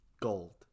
gold